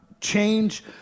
change